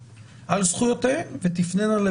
השר לשירותי דת סומך את ידו וגם הנהלת